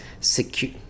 secure